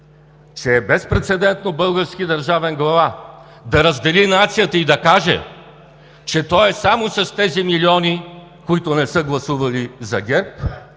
че е безпрецедентно български държавен глава да раздели нацията и да каже, че той е само с тези милиони, които не са гласували за ГЕРБ,